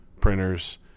printers